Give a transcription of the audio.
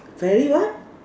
very what